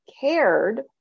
cared